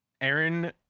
Aaron